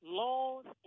laws